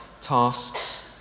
tasks